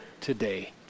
today